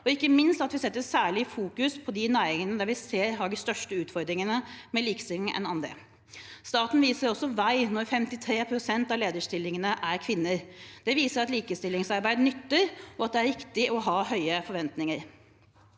og ikke minst gjennom at vi særlig fokuserer på de næringene vi ser har større utfordringer med likestilling enn andre. Staten viser også vei når 53 pst. av lederstillingene er kvinner. Det viser at likestillingsarbeid nytter, og at det er riktig å ha høye forventninger.